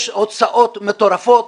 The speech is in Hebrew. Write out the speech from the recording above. יש הוצאות מטורפות,